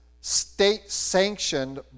state-sanctioned